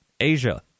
Asia